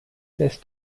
test